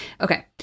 Okay